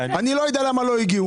אני לא יודע למה הם לא הגיעו.